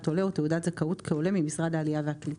עולה או תעודת זכאות כעולה ממשרד העלייה והקליטה.